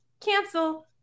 cancel